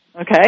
Okay